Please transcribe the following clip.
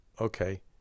okay